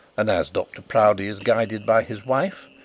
and as dr proudie is guided by his wife,